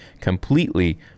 completely